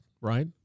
right